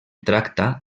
tracta